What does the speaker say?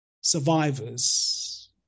survivors